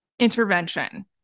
intervention